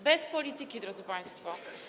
Bez polityki, drodzy państwo.